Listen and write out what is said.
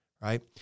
right